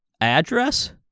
address